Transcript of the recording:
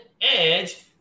edge